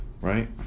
Right